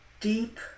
deep